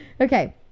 Okay